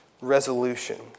resolution